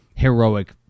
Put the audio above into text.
heroic